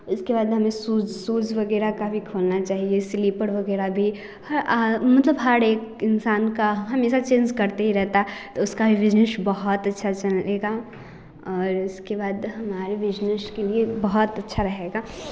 उसके बाद हमें शूज शूज वगैरह का भी खोलना चाहिए स्लीपर वगैरह भी मतलब हर एक इंसान का हमेशा चेंज करते ही रहता तो उसका भी बिजनेश बहुत अच्छा चलेगा और उसके बाद हमारे बिजनेश के लिए बहुत अच्छा रहेगा